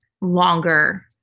longer